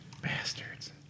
Bastards